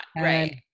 right